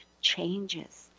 changes